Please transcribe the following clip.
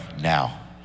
now